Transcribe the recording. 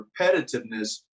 repetitiveness